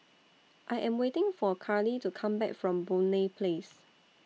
I Am waiting For Carley to Come Back from Boon Lay Place